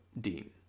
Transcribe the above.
Dean